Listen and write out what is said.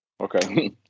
Okay